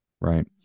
right